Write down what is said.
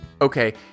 Okay